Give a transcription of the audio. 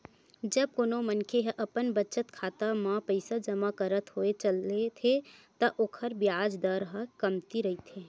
जब कोनो मनखे ह अपन बचत खाता म पइसा जमा करत होय चलथे त ओखर बियाज दर ह कमती रहिथे